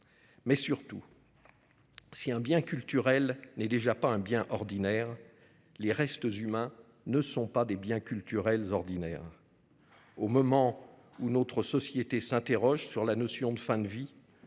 Surtout, si un bien culturel n'est pas un bien ordinaire, les restes humains ne sont pas des biens culturels ordinaires. Au moment où notre société débat de la notion de fin de vie,